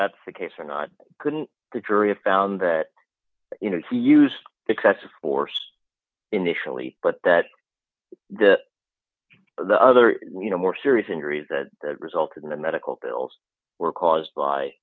that's the case or not couldn't the jury of found that you know he used excessive force initially but that the other you know more serious injuries that resulted in the medical bills were caused